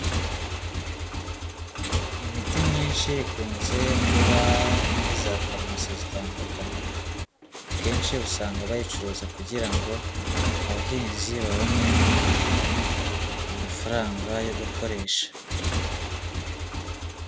Imiti myinshi, ikunze kuba muri za farumasi zitandukanye. Akenshi usanga bayicuruza kugira ngo, abahinzi babone amafaranga yo gukoresha.